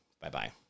Bye-bye